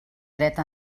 dret